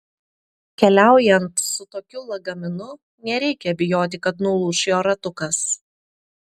keliaujant su tokiu lagaminu nereikia bijoti kad nulūš jo ratukas